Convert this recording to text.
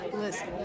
Listen